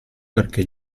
perché